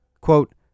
Quote